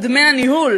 את דמי הניהול,